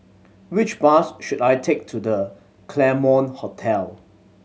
which bus should I take to The Claremont Hotel